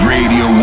Radio